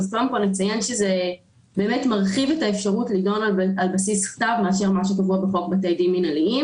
נציין שזה מרחיב את האפשרות לעומת מה שקבוע בחוק בתי דין מינהליים.